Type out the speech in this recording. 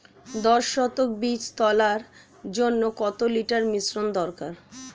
দশ শতক বীজ তলার জন্য কত লিটার মিশ্রন দরকার?